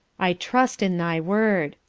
i trust in thy word.